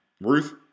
Ruth